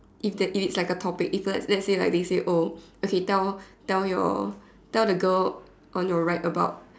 if that if it is like a topic it's were let's say we say oh okay tell tell your tell the girl on your right about